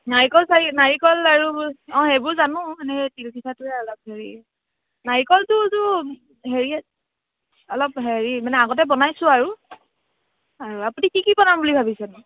নাৰিকল চাৰি নাৰিকল আৰু অঁ সেইবোৰ জানো মানে এই তিলপিঠাটোৱে অলপ হেৰি নাৰিকলটোতো হেৰি অলপ হেৰি মানে আগতে বনাইছোঁ আৰু আৰু আপুনি কি কি বনাম বুলি ভাবিছেনো